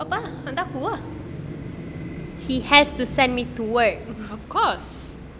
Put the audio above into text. tak apa hantar aku ah he has send me to work